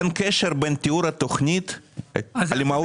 אין קשר בין תיאור התכנית למהות הכסף.